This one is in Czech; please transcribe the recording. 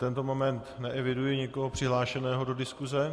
V tento moment neeviduji nikoho přihlášeného do diskuse.